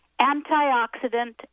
antioxidant